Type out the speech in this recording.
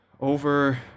over